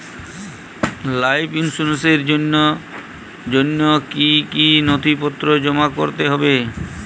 Life ইন্সুরেন্সর জন্য জন্য কি কি নথিপত্র জমা করতে হবে?